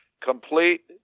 Complete